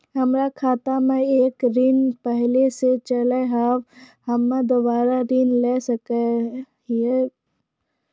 हमर खाता मे एक ऋण पहले के चले हाव हम्मे दोबारा ऋण ले सके हाव हे?